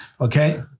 Okay